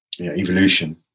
evolution